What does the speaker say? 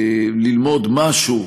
ללמוד משהו